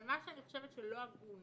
אבל מה שאני חושבת שלא הגון